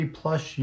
plus